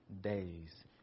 days